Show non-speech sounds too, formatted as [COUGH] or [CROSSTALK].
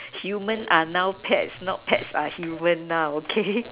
human are now pets now pets are human now okay [NOISE]